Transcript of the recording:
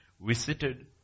visited